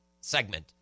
segment